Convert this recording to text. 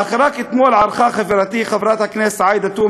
אך רק אתמול ערכה חברתי חברת הכנסת עאידה תומא